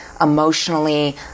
emotionally